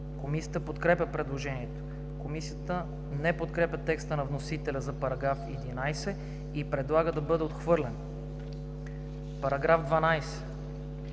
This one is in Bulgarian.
Комисията подкрепя предложението. Комисията не подкрепя текста на вносителя за § 11 и предлага да бъде отхвърлен. Комисията